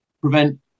prevent